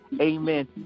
Amen